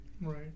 Right